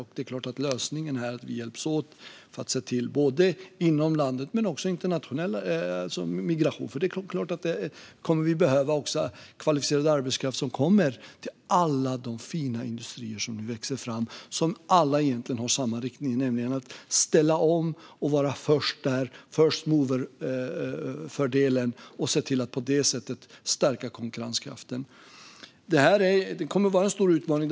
Och det är klart att lösningen är att vi hjälps åt för att se till att hitta arbetskraft både inom landet men också internationellt genom migration. Vi kommer att behöva arbetskraft som kommer till alla de fina industrier som nu växer fram och som alla egentligen har samma riktning, nämligen att ställa om och vara först där - first mover-fördelen - och se till att på det sättet stärka konkurrenskraften. Detta kommer att vara en stor utmaning.